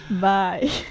bye